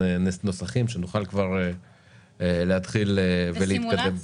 עם נוסחים שנוכל להתחיל להתקדם.